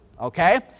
Okay